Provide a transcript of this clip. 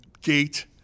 gate